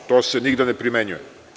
To se nigde ne primenjuje.